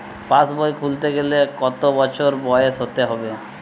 পাশবই খুলতে গেলে কত বছর বয়স হতে হবে?